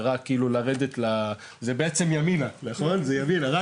זה רק כאילו לרדת, זה בעצם ימינה נכון?